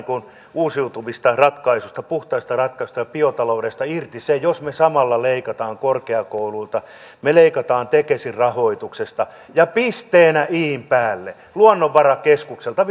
uusiutuvista ratkaisuista puhtaista ratkaisuista ja biotaloudesta irti sen jos me samalla leikkaamme korkeakouluilta me leikkaamme tekesin rahoituksesta ja pisteenä in päälle luonnonvarakeskukselta